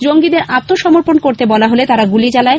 জঙ্গীদের আত্মসমর্পণ করতে বলা হলে তারা গুলি চালায়